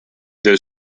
del